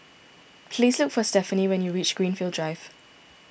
please look for Stephenie when you reach Greenfield Drive